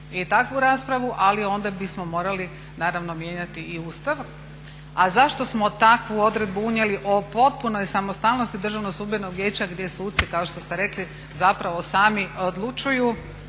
i takvu raspravu ali onda bismo morali naravno mijenjati i Ustav. A zašto smo takvu odredbu unijeli o potpunoj samostalnosti Državno sudbenog vijeća gdje suci kao što ste rekli zapravo sami odlučuju